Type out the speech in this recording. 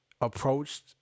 approached